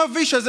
המביש הזה,